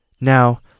Now